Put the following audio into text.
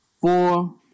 Four